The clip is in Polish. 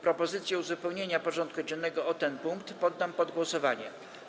Propozycję uzupełnienia porządku dziennego o ten punkt poddam pod głosowanie.